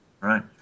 Right